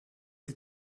sie